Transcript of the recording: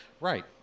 Right